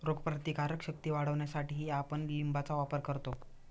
रोगप्रतिकारक शक्ती वाढवण्यासाठीही आपण लिंबाचा वापर करतो